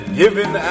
given